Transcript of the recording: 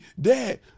dad